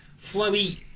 flowy